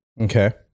Okay